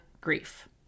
grief